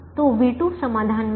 तो v2 समाधान में है